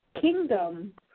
kingdom